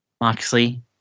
Moxley